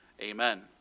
amen